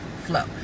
flow